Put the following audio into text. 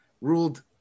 ruled